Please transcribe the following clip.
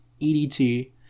edt